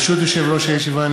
ברשות יושב-ראש הישיבה,